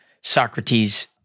Socrates